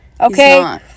Okay